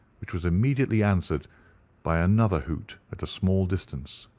which was immediately answered by another hoot at a small distance.